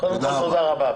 תודה רבה.